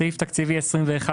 סעיף תקציבי 21,